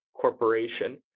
corporation